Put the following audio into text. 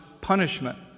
punishment